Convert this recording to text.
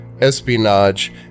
espionage